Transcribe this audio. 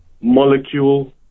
molecule